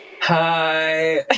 Hi